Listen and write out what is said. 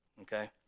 okay